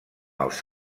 els